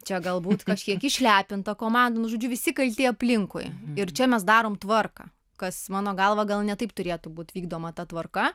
čia galbūt kažkiek išlepinta komandosnu žodžiu visi kalti aplinkui ir čia mes darom tvarką kas mano galva gal ne taip turėtų būt vykdoma ta tvarka